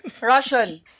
Russian